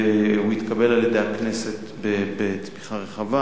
והוא התקבל על-ידי הכנסת בתמיכה רחבה.